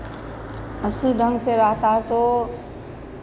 उसी ढंग से रहता है तो